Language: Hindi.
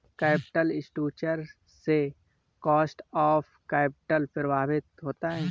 कैपिटल स्ट्रक्चर से कॉस्ट ऑफ कैपिटल प्रभावित होता है